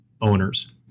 owners